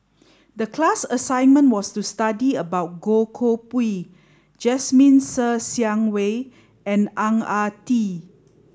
the class assignment was to study about Goh Koh Pui Jasmine Ser Xiang Wei and Ang Ah Tee